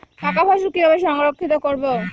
পাকা ফসল কিভাবে সংরক্ষিত করব?